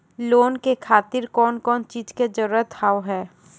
Loan के खातिर कौन कौन चीज के जरूरत हाव है?